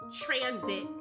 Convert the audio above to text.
transit